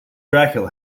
dracula